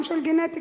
גם של גנטיקה.